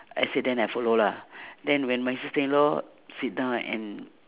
I say then I follow lah then when my sister-in-law sit down and